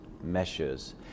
measures